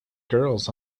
girls